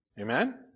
Amen